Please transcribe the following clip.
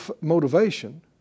motivation